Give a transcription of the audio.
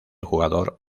jugador